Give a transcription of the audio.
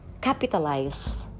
capitalize